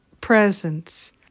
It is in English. presence